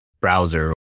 browser